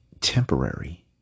temporary